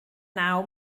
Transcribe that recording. naw